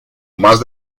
más